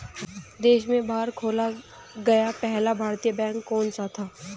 देश के बाहर खोला गया पहला भारतीय बैंक कौन सा था?